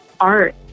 art